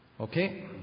okay